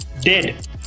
dead